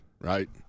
right